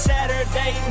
Saturday